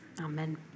amen